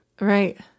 right